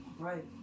Right